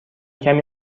کمی